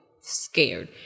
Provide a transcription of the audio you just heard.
scared